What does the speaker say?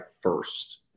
first